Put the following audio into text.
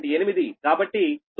8 కాబట్టి 9